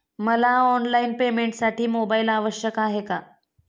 मला ऑनलाईन पेमेंटसाठी मोबाईल आवश्यक आहे का?